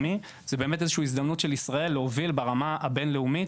והיכולת של ישראל להוביל באמת ברמה הבין-לאומית.